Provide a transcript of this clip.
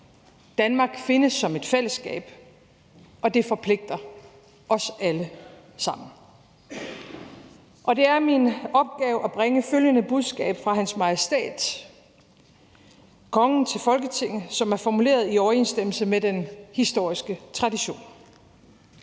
Danmark findes som et fællesskab, og det forpligter os alle sammen. Det er min opgave at bringe følgende budskab fra Hans Majestæt Kongen til Folketinget, som er formuleret i overensstemmelse med den historiske tradition: